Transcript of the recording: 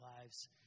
lives